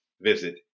visit